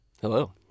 Hello